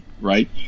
right